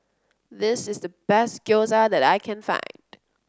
this is the best Gyoza that I can find